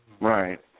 Right